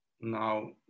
Now